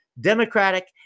democratic